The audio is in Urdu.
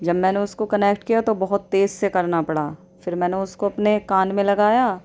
جب میں نے اس کو کنیکٹ کیا تو بہت تیز سے کرنا پڑا پھر میں نے اس کو اپنے کان میں لگایا